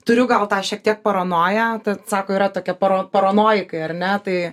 turiu gal tą šiek tiek paranoją sako yra tokie para paranojikai ar ne tai